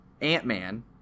Ant-Man